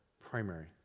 primary